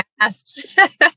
yes